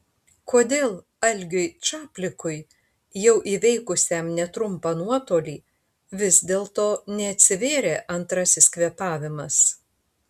kodėl algiui čaplikui jau įveikusiam netrumpą nuotolį vis dėlto neatsivėrė antrasis kvėpavimas